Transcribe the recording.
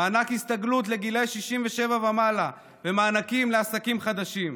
מענק הסתגלות לגילאי 67 ומעלה ומענקים לעסקים חדשים.